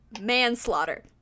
manslaughter